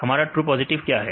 हमारा true positive क्या है